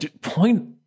point